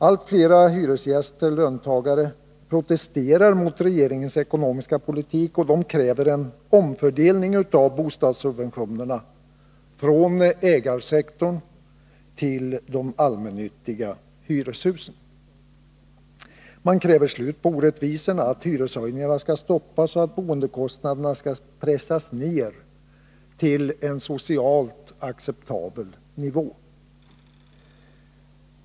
Allt större grupper av hyresgäster-löntagare protesterar mot regeringens ekonomiska politik och kräver en omfördelning av bostadssubventionerna från ägarsektorn till de allmännyttiga hyreshusen. Man kräver ett slut på orättvisorna, att hyreshöjningarna skall stoppas och att boendekostnaderna skall pressas ned till en socialt acceptabel nivå.